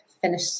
finish